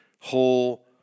whole